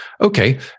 Okay